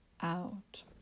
out